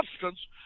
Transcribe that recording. substance